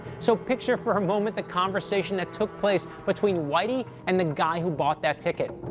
so picture, for a moment, the conversation that took place between whitey and the guy who bought that ticket.